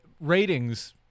ratings